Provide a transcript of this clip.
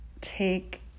take